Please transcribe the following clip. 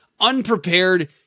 unprepared